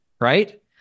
right